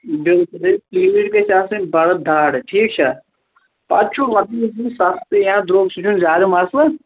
بِلکُل پیٖٹۍ گژھِ آسٕنۍ بڈٕ داڑٕ ٹھیٖک چھا پتہٕ چھُ سَستہٕ یا درٛۅگ سُہ چھُنہٕ زیادٕ مسلہٕ